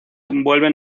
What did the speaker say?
envuelven